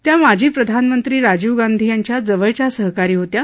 त्या माजी प्रधानमंत्री राजीव गांधी यांच्या जवळच्या सहकारी होत्या